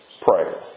prayer